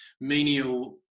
menial